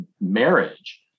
marriage